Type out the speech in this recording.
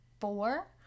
four